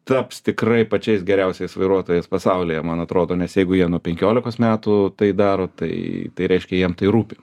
taps tikrai pačiais geriausiais vairuotojas pasaulyje man atrodo nes jeigu jie nuo penkiolikos metų tai daro tai tai reiškia jiem tai rūpi